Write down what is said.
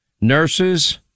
nurses